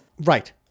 Right